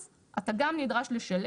אז אתה גם נדרש לשלם.